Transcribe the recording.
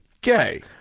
Gay